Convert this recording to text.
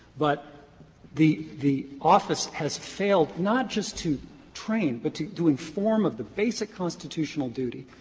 but the the office has failed not just to train, but to to inform of the basic constitutional duty,